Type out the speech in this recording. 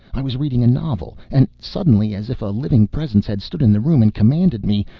i was reading a novel and suddenly, as if a living presence had stood in the room and commanded me,